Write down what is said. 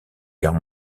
guerre